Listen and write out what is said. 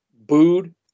booed